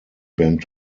bent